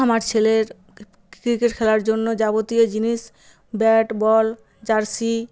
আমার ছেলের ক্রিকেট খেলার জন্য যাবতীয় জিনিস ব্যাট বল জার্সি